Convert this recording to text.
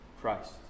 Christ